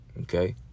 Okay